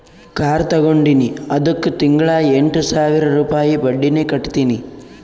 car ತಗೊಂಡಿನಿ ಅದ್ದುಕ್ ತಿಂಗಳಾ ಎಂಟ್ ಸಾವಿರ ರುಪಾಯಿ ಬಡ್ಡಿನೆ ಕಟ್ಟತಿನಿ